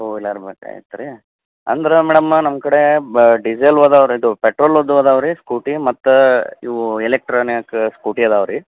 two wheeler ಬೇಕಾಗಿತ್ರಿ ಅಂದ್ರೆ ಮೇಡಮ್ಮ ನಮ್ಮ ಕಡೆ ಬ ಡಿಸೆಲವ್ ಇದಾವ್ ರೀ ಇದು ಪೆಟ್ರೋಲದ್ದು ಇದಾವ್ರಿ ಸ್ಕೂಟಿ ಮತ್ತೆ ಇವು ಎಲೆಕ್ಟ್ರಾನಿಕ ಸ್ಕೂಟಿ ಇದಾವ್ರಿ